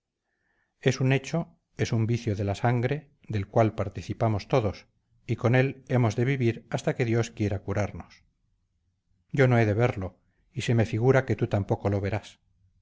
es un hecho es un vicio de la sangre del cual participamos todos y con él hemos de vivir hasta que dios quiera curarnos yo no he de verlo y se me figura que tú tampoco lo verás